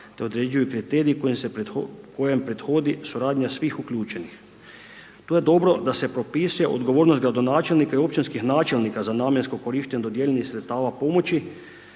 te određuju kriteriji kojom prethodi suradnja svih uključenih. Tu je dobro da se propisuje odgovornost gradonačelnika i općinskih načelnika za namjensko korištenje dodijeljenih sredstava pomoći